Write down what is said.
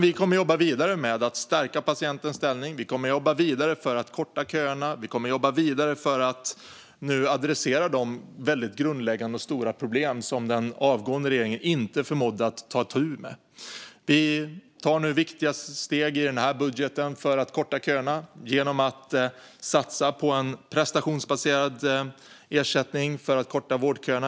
Vi kommer att jobba vidare med att stärka patientens ställning. Vi kommer att jobba vidare för att korta köerna. Vi kommer att jobba vidare för att ta oss an de grundläggande och stora problem som den avgående regeringen inte förmådde ta itu med. Vi tar nu viktiga steg i den här budgeten för att korta köerna genom att satsa på en prestationsbaserad ersättning.